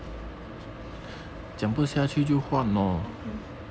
okay